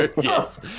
yes